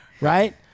right